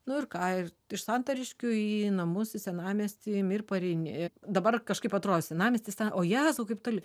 nu ir ką ir iš santariškių į namus į senamiesty imi ir pareini dabar kažkaip atrodo senamiestis ten o jėzau kaip toli